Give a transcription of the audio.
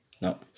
No